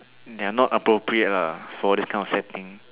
they are not appropriate lah for this kind of setting